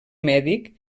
mèdic